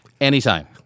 Anytime